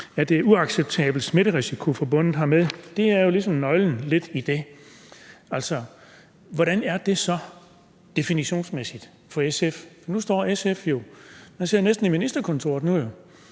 er en uacceptabel smitterisiko forbundet hermed.« Det er jo ligesom lidt nøglen i det. Hvordan er det så definitionsmæssigt for SF? Nu sidder SF jo næsten i ministerkontorer – man